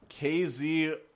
KZ